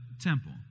temple